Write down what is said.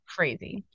Crazy